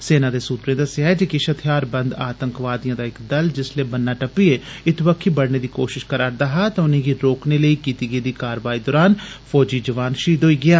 सेना दे सूत्रे दस्सेआ जे हथियारवद आतंकवादिएं दा इक दल जिसलै बन्ना टकप्पयै इत्त बक्खी बडने दी कोश्त करा'रदा हा तां उनेंगी रोकने लेई कीती गेदी कारवाई दरान फौजी जुआन शहीद होई गेआ